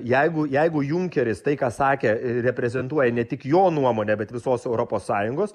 jeigu jeigu junkeris tai ką sakė reprezentuoja ne tik jo nuomonę bet visos europos sąjungos